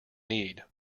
need